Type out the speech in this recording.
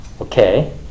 Okay